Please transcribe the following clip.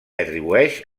atribueix